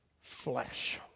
flesh